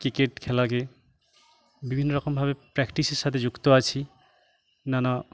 cricket খেলাকে বিভিন্ন রকমভাবে প্র্যাকটিসের সাথে যুক্ত আছি নানা